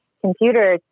computers